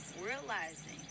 Realizing